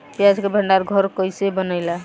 प्याज के भंडार घर कईसे बनेला?